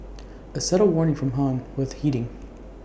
A subtle warning from han worth heeding